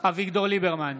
אביגדור ליברמן,